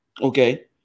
okay